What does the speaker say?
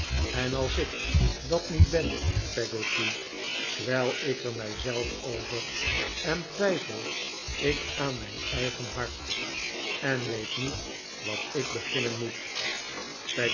en als ik dat niet ben peggotty kwel ik er mij zelf over en twijfel ik aan mijn eigen hart en weet niet wat ik beginnen moet